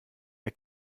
wer